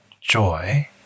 joy